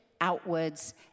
outwards